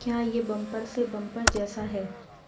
کیا یہ بمپر سے بمپر جیسا ہے